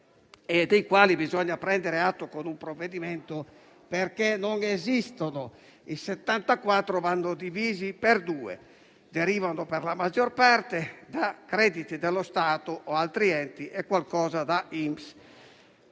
dei quali bisogna prendere atto con un provvedimento. Questo perché non esistono: i 74 miliardi vanno divisi per due e derivano, per la maggior parte, da crediti dello Stato o di altri enti e qualcosa dall'INPS.